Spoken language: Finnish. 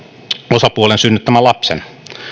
osapuolen synnyttämän lapsen